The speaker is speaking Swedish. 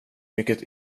mycket